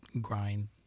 grind